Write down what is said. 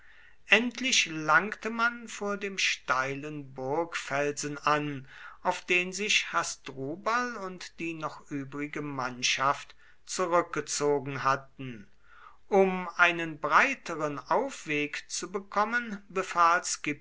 endlich langte man vor dem steilen burgfelsen an auf den sich hasdrubal und die noch übrige mannschaft zurückgezogen hatten um einen breiteren aufweg zu bekommen befahl